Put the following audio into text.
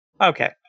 Okay